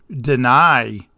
deny